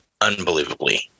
unbelievably